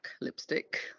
lipstick